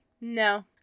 no